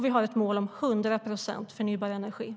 Vi har ett mål om 100 procent förnybar energi.